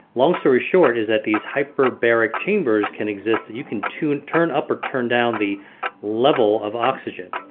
long story short is that these hyperbaric chambers can exist. you can turn turn up or turn down the level of oxygen.